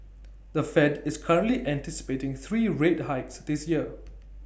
the fed is currently anticipating three rate hikes this year